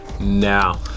now